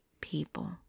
people